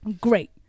Great